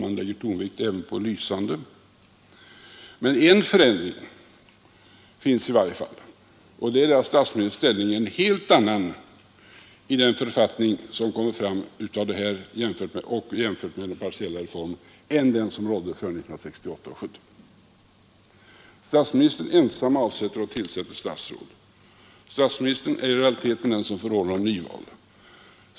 Men en förändring finns åtminsto om man lägger tonvikt på ”lysande” ne, och det är att statsministerns ställning är en helt annan i den författning som kommer fram av detta förslag, jämfört med den partiella reformen, än den som rådde före 1968 och 1970. Statsministern ensam avsätter och tillsätter statsråd. Statsministern är i realiteten den som förordnar om nyval.